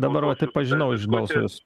dabar vat ir pažinau iš balso jus